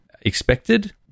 expected